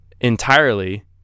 entirely